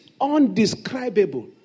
undescribable